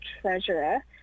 Treasurer